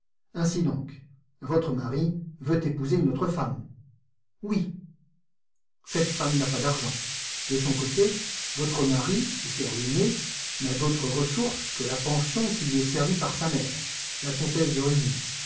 ainsi donc votre mari veut épouser une autre femme oui cette femme n'a pas d'argent de son côté votre mari qui s'est ruiné n'a d'autres ressources que la pension qui lui est servie par sa mère la comtesse